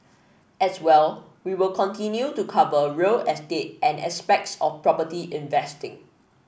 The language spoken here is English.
as well we'll continue to cover real estate and aspects of property investing